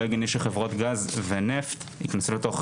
לא הגיוני שחברות גז ונפט יכנסו לתוך